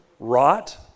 rot